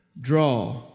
Draw